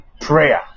prayer